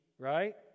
right